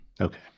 Okay